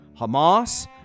Hamas